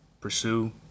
pursue